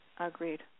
Agreed